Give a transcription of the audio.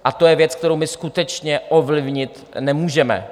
A to je věc, kterou my skutečně ovlivnit nemůžeme.